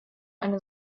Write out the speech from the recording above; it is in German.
eine